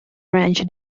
ranch